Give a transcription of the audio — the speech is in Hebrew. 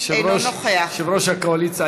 אינו נוכח יושב-ראש הקואליציה,